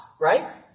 right